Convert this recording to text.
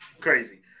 crazy